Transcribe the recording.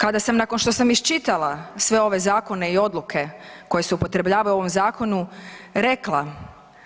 Kada sam nakon što sam iščitala sve ove zakone i odluke koje se upotrebljavaju u ovom zakonu rekla